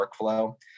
workflow